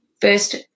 First